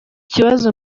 kibazo